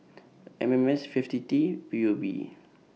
M M S fifty T P U B